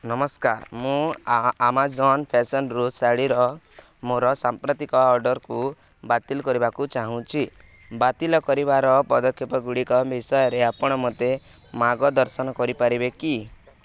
ନମସ୍କାର ମୁଁ ଆମାଜନ୍ ଫ୍ୟାସନ୍ରୁ ଶାଢ଼ୀର ମୋର ସାମ୍ପ୍ରତିକ ଅର୍ଡ଼ର୍କୁ ବାତିଲ କରିବାକୁ ଚାହୁଁଛି ବାତିଲ କରିବାର ପଦକ୍ଷେପ ଗୁଡ଼ିକ ବିଷୟରେ ଆପଣ ମୋତେ ମାର୍ଗଦର୍ଶନ କରିପାରିବେ କି